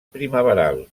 primaveral